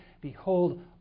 behold